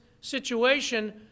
situation